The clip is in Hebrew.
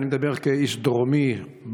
אני מדבר כאיש דרומי,